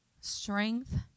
strength